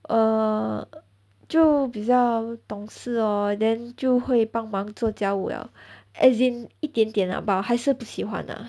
err 就比较懂事 lor then 就会帮忙做家务 liao as in 一点点 lah but 我还是不喜欢 lah